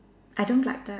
I don't like that